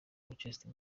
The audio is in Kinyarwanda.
orchestre